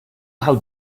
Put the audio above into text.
how